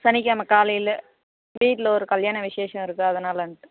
சனிக்கிழம காலையில் வீட்டில ஒரு கல்யாணம் விசேஷம் இருக்குது அதனாலன்னுட்டு